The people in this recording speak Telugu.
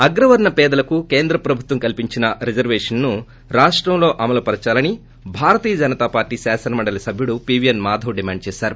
అగ్రవర్లపేదలకు కేంద్రప్రభుత్వం కల్సించిన రిజర్వేషన్ ను రాష్టంలో అమలు చేయాలని భారతీయ జనతా పార్టీ శాసన మండలీ సభ్యుడు P V N Madhav demand చేశారు